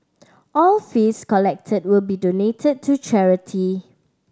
all fees collected will be donated to charity